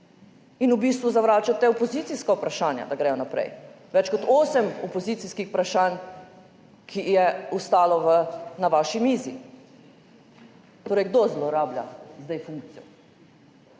in v bistvu zavračate opozicijska vprašanja, da gredo naprej. Več kot osem opozicijskih vprašanj je ostalo na vaši mizi. Kdo torej zlorablja zdaj funkcijo?